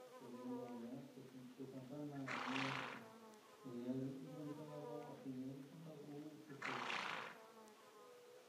takunuña, tajijon tana hí naliko ni na hí yukan va'a teñaixon tuku.